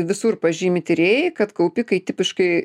visur pažymi tyrėjai kad kaupikai tipiškai